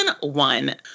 one